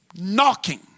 Knocking